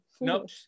Nope